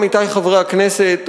עמיתי חברי הכנסת,